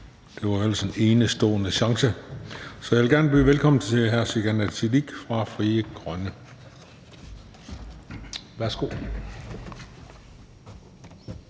det var ellers en enestående chance. Så jeg vil gerne byde velkommen til hr. Sikandar Siddique fra Frie Grønne. Værsgo.